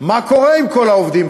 מה קורה עם כל העובדים?